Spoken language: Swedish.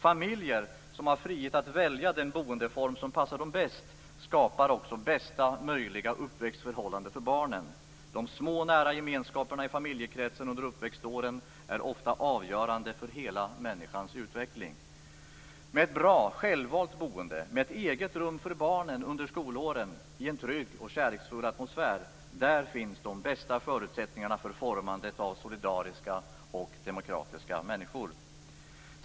Familjer som har frihet att välja den boendeform som passar dem bäst skapar också bästa möjliga uppväxtförhållanden för barnen. De små nära gemenskaperna i familjekretsen under uppväxtåren är ofta avgörande för hela människans utveckling. Med ett bra, självvalt boende, med ett eget rum för barnen under skolåren i en trygg och kärleksfull atmosfär finns de bästa förutsättningarna för formandet av solidariska och demokratiska människor.